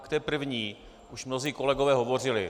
K té první už mnozí kolegové hovořili.